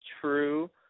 true